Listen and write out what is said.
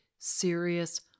serious